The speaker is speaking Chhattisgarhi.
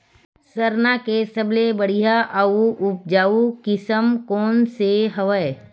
सरना के सबले बढ़िया आऊ उपजाऊ किसम कोन से हवय?